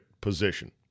position